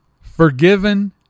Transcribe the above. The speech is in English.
forgiven